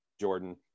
jordan